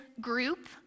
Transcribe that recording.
group